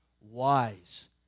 wise